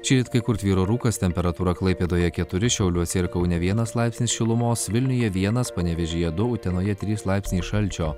šįryt kai kur tvyro rūkas temperatūra klaipėdoje keturi šiauliuose ir kaune vienas laipsnis šilumos vilniuje vienas panevėžyje du utenoje trys laipsniai šalčio